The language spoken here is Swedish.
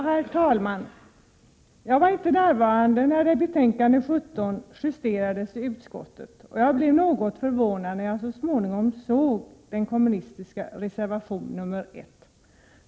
Herr talman! Jag var inte närvarande när betänkandet 17 justerades i utskottet, och jag blev något förvånad när jag så småningom såg den kommunistiska reservationen nr 1.